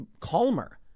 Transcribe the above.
calmer